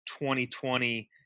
2020